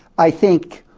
i think,